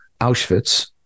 Auschwitz